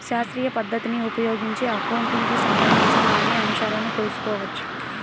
శాస్త్రీయ పద్ధతిని ఉపయోగించి అకౌంటింగ్ కి సంబంధించిన అన్ని అంశాలను తెల్సుకోవచ్చు